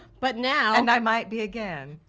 but now. and i might be again.